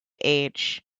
age